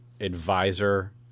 advisor